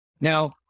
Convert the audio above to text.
Now